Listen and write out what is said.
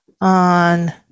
on